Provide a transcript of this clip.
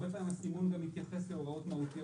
הרבה פעמים הסימון גם מתייחס להוראות מהותיות,